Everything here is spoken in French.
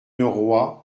leroy